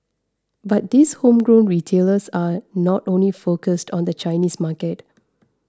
but these homegrown retailers are not only focused on the Chinese market